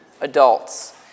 adults